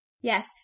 Yes